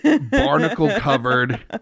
barnacle-covered